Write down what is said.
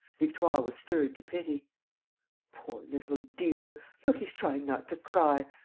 victoire was stirred to pity poor little dear! look, he's trying not to cry.